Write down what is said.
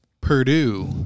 Purdue